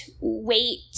wait